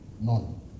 None